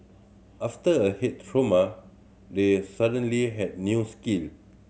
after a head trauma they suddenly had new skin